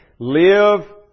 Live